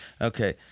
Okay